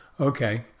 Okay